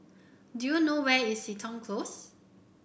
do you know where is Seton Close